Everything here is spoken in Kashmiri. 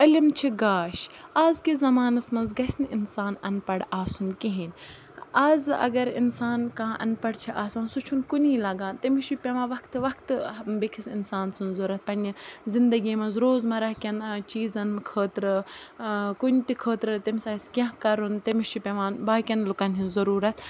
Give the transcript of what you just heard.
علم چھِ گاش اَزکِس زمانَس منٛز گژھِ نہٕ اِنسان اَن پَڑھ آسُن کِہیٖنۍ اَز اگر اِنسان کانٛہہ اَن پَڑھ چھِ آسان سُہ چھُنہٕ کُنی لَگان تٔمِس چھِ پٮ۪وان وقتہٕ وقتہٕ بیٚکِس اِنسان سٕنٛز ضوٚرَتھ پنٛنہِ زندگی منٛز روزمرہ کٮ۪ن چیٖزَن خٲطرٕ کُنہِ تہِ خٲطرٕ تٔمِس آسہِ کینٛہہ کَرُن تٔمِس چھِ پٮ۪وان باقٕیَن لُکَن ہِنٛز ضٔروٗرتھ